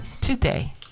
today